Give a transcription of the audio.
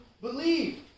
believe